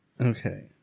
Okay